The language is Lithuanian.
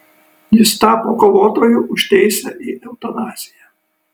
jis tapo kovotoju už teisę į eutanaziją